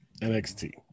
NXT